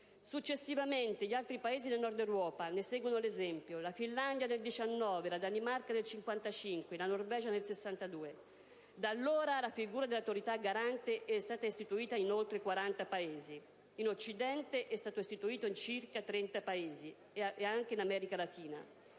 Successivamente altri Paesi del Nord Europa ne seguono l'esempio: la Finlandia nel 1919, la Danimarca nel 1955, la Norvegia nel 1962. Da allora la figura dell'Autorità garante è stata istituita in oltre 40 Paesi. In Occidente è stata istituita in circa 30 Stati e anche in America latina.